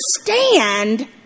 understand